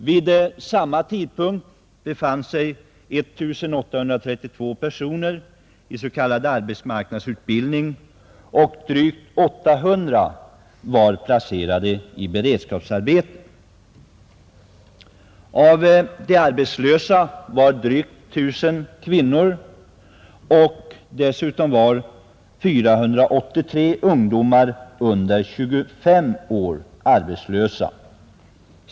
Vid samma tidpunkt befann sig 1 832 personer under s.k. arbetsmarknadsutbildning, och drygt 800 var placerade i beredskapsarbeten. Av de arbetslösa var drygt 1 000 kvinnor. Dessutom var 483 ungdomar under 25 år arbetslösa.